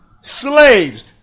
slaves